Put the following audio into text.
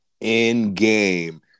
in-game